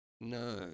No